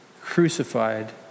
crucified